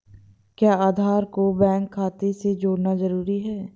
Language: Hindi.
क्या आधार को बैंक खाते से जोड़ना जरूरी है?